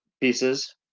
pieces